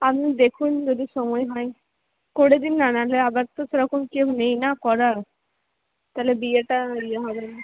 আপনি দেখুন যদি সময় হয় করে দিন না নাহলে আমার তো সেরকম কেউ নেই না করার তাহলে বিয়েটা ইয়ে হবে না